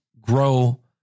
grow